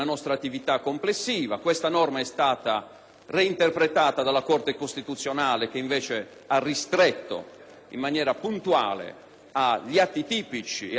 reinterpretata dalla Corte costituzionale che invece ha ristretto in maniera puntuale a reati tipici e all'attività parlamentare questo tipo di